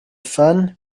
sun